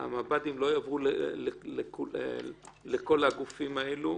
המב"דים לא יעברו לכל הגופים האלה,